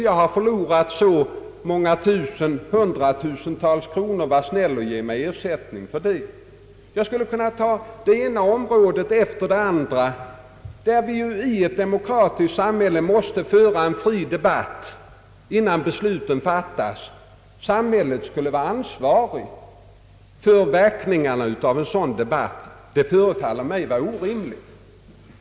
Jag har förlorat så och så många hundratusental kronor. Var snäll och ge mig ersättning härför.> Jag skulle kunna ta det ena området efter det andra, där vi i ett demokratiskt samhälle måste föra en fri debatt innan beslut fattas. Att samhället skall vara ansvarigt för verkningarna av en sådan debatt förefaller mig orimligt.